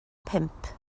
pump